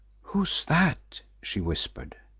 who's that? she whispered.